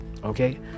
Okay